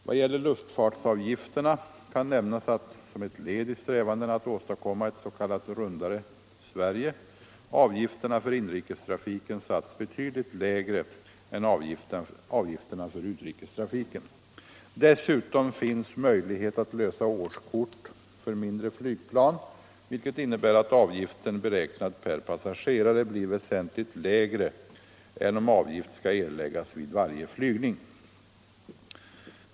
Vad gäller luftfartsavgifterna kan nämnas att — som ett led i strävandena att åstadkomma ett s.k. rundare Sverige — avgifterna för inrikestrafiken satts betydligt lägre än avgifterna för utrikestrafiken. Dessutom finns möjlighet att lösa årskort för mindre flygplan vilket innebär att avgiften beräknad per passagerare blir väsentligt lägre än om avgift skall erläggas vid varje flygning.